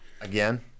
again